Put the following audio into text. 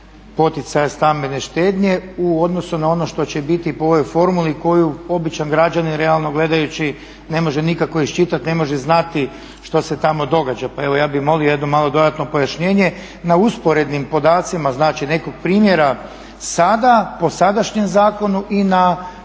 poticaja stambene štednje u odnosu na ono što će biti po ovoj formuli koju običan građanin realno gledajući ne može nikako iščitati, ne može znati što se tamo događa. Pa evo ja bih molio jedno malo dodatno pojašnjenje, na usporednim podacima, znači nekog primjera sada, po sadašnjem zakonu i na